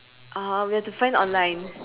uh we have to find online